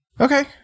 Okay